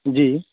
جی